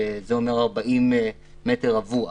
שזה אומר 40 מטר רבוע,